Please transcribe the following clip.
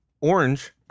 orange